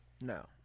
No